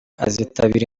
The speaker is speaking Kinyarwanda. azitabira